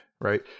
right